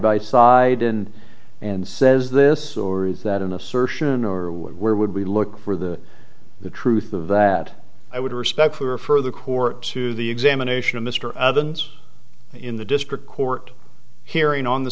by side in and says this or is that an assertion or where would we look for the the truth of that i would respect for further core to the examination of mr other means in the district court hearing on the